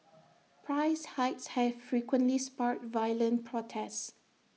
price hikes have frequently sparked violent protests